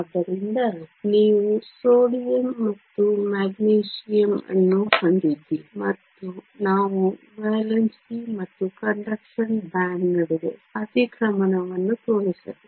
ಆದ್ದರಿಂದ ನೀವು ಸೋಡಿಯಂ ಮತ್ತು ಮೆಗ್ನೀಸಿಯಮ್ ಅನ್ನು ಹೊಂದಿದ್ದೀರಿ ಮತ್ತು ನಾವು ವೇಲೆನ್ಸಿ ಮತ್ತು ಕಂಡಕ್ಷನ್ ಬ್ಯಾಂಡ್ ನಡುವೆ ಅತಿಕ್ರಮಣವನ್ನು ತೋರಿಸಬೇಕು